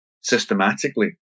systematically